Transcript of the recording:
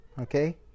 Okay